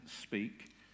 speak